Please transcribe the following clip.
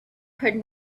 heard